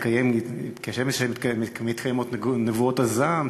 כשם שמתקיימות נבואות הזעם,